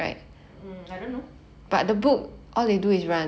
hmm I don't know